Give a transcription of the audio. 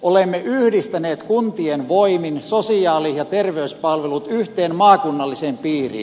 olemme yhdistäneet kuntien voimin sosiaali ja terveyspalvelut yhteen maakunnalliseen piiriin